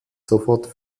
sofort